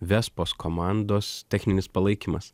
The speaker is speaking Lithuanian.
vespos komandos techninis palaikymas